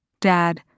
Dad